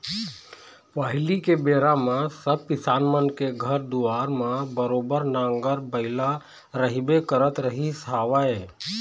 पहिली के बेरा म सब किसान मन के घर दुवार म बरोबर नांगर बइला रहिबे करत रहिस हवय